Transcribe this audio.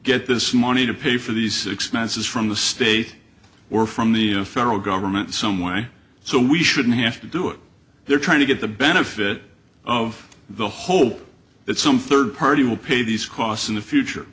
get this money to pay for these expenses from the state or from the federal government some way so we shouldn't have to do it they're trying to get the benefit of the hope that some third party will pay these costs in the future